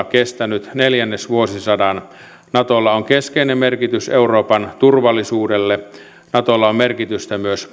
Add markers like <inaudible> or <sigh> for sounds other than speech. <unintelligible> kestänyt kohta neljännesvuosisadan natolla on keskeinen merkitys euroopan turvallisuudelle natolla on merkitystä myös